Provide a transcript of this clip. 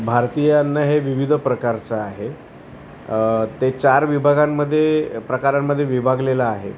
भारतीयांना हे विविध प्रकारचं आहे ते चार विभागांमध्ये प्रकारांमध्ये विभागलेलं आहे